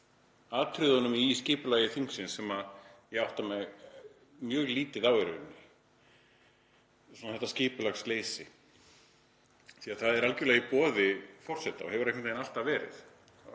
atriðunum í skipulagi þingsins sem ég átta mig mjög lítið á í rauninni, þetta skipulagsleysi, því að það er algerlega í boði forseta og hefur einhvern veginn alltaf verið.